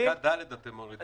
בפסקה (ד) אתם מורידים